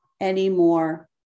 anymore